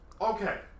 okay